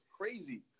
crazy